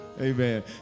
Amen